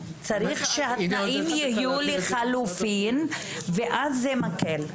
צריך שהתנאים יהיו לחלופין ואז זה מקל.